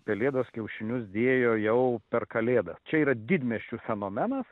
pelėdos kiaušinius dėjo jau per kalėdas čia yra didmiesčių fenomenas